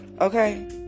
Okay